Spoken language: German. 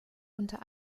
unter